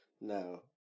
No